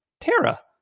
Tara